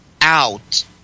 out